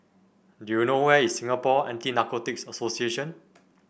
do you know where is Singapore Anti Narcotics Association